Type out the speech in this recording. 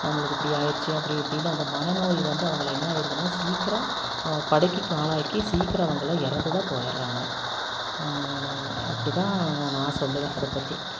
நம்மளுக்கு இப்படி ஆயிடுச்சே அப்படி இப்படின்னு அந்த மனநோய் வந்து அவங்களை என்ன ஆயிருதுனால் சீக்கிரம் படுக்கைக்கு ஆளாக்கி சீக்கிரம் அவங்களை இறந்து தான் போயிடுறாங்க அப்படி தான் நான் நான் சொல்லுவேன் அதை பற்றி